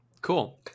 Cool